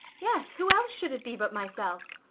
yes, who else should it be but myself?